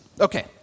Okay